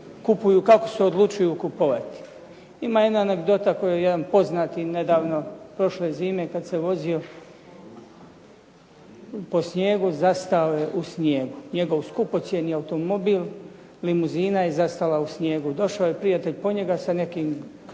kako se odlučuju kupovati. Ima jedna anegdota koju je jedan poznato nedavno prošle zime kad se vozio po snijegu, zastao je u snijegu, njegov skupocjeni automobil limuzina je zastala u snijegu. Došao je prijatelj po njega sa nekim krupnim